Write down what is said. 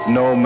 no